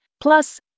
plus